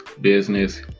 business